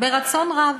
ברצון רב.